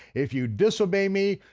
if you disobey me,